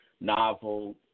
novel